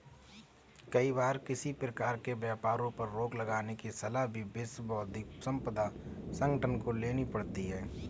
कई बार किसी प्रकार के व्यापारों पर रोक लगाने की सलाह भी विश्व बौद्धिक संपदा संगठन को लेनी पड़ती है